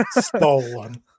stolen